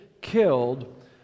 killed